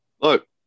Look